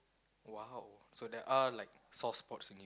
!wow! so there are like soft spots in